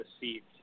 deceived